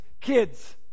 kids